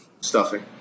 Stuffing